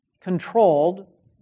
controlled